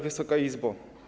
Wysoka Izbo!